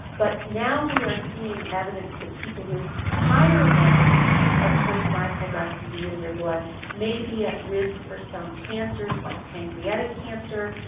but now we are seeing evidence that people with higher levels of twenty five hydroxy d in their blood may be at risk for some cancers like pancreatic cancer,